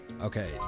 okay